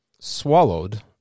swallowed